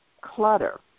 clutter